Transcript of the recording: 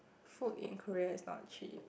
food in Korea is not cheap